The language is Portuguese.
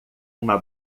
uma